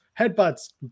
headbutts